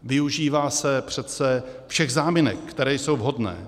Využívá se přece všech záminek, které jsou vhodné.